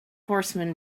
horseman